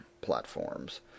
platforms